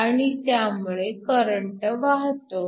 आणि त्यामुळे करंट वाहतो